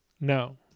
No